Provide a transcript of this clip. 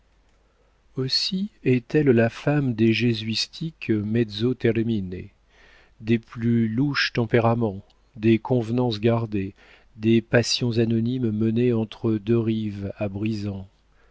aussi est-elle la femme des jésuitiques mezzo termine des plus louches tempéraments des convenances gardées des passions anonymes menées entre deux rives à brisants